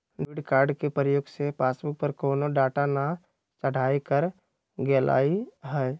debit card के प्रयोग से पासबुक पर कोनो डाटा न चढ़ाएकर गेलइ ह